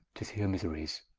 to see her miseries.